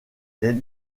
les